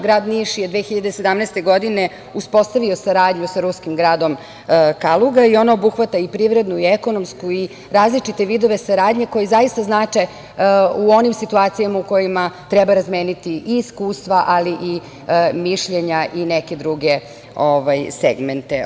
Grad Niš je 2017. godine uspostavio saradnju sa ruskim gradom Kaluga i ona obuhvata i privrednu i ekonomsku i različite vidove saradnje, koji zaista znače u onim situacijama u kojima treba razmeniti i iskustva, ali i mišljenja i neke druge segmente.